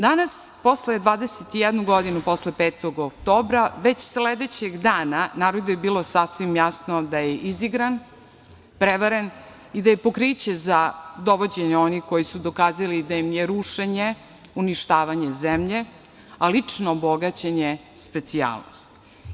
Danas, posle 21 godinu, posle 5. oktobra, već sledećeg dana narodu je bilo sasvim jasno da je izigran, prevaren i da je pokriće za dovođenje onih koji su dokazali da im je rušenje, uništavanje zemlje, lično bogaćenje specijalnost.